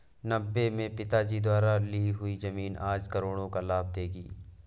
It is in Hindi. नब्बे में पिताजी द्वारा ली हुई जमीन आज करोड़ों का लाभ देगी